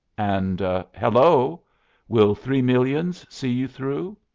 and hello will three millions see you through?